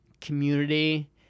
community